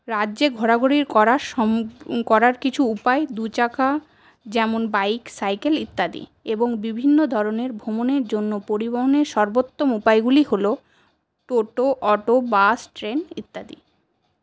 রাজ্যে ঘোরাঘুরি করা করার কিছু উপায় দুচাকা যেমন বাইক সাইকেল ইত্যাদি এবং বিভিন্ন ধরণের ভ্রমণের জন্য পরিবহনের সর্বোত্তম উপায়গুলি হল টোটো অটো বাস ট্রেন ইত্যাদি